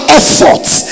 efforts